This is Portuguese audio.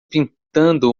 pintando